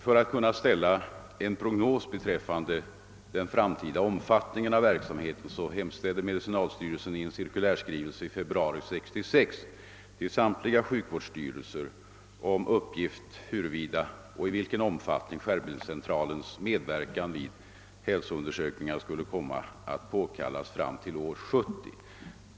För att kunna göra en prognos beträffande den framtida omfattningen av verksamheten hemställde medicinalstyrelsen i en cirkulärskrivelse i februari 1966 hos samtliga sjukvårdsstyrelser om uppgift, huruvida och i vilken omfattning skärmbildscentralens medverkan vid hälsoundersökningar skulle komma att påkallas fram till år 1970.